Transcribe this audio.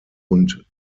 und